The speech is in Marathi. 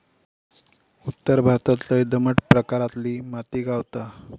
उत्तर भारतात लय दमट प्रकारातली माती गावता